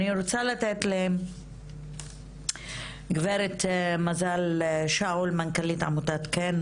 אני רוצה לתת לגברת מזל שאול מנכ"לית עמותת "כן",